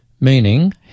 meaning